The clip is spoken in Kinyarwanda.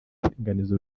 kuringaniza